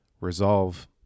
resolve